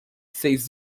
says